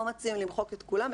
פה מציעים למחוק את כולם.